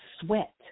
sweat